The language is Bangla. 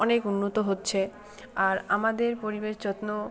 অনেক উন্নত হচ্ছে আর আমাদের পরিবেশ যত্ন